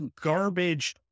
garbage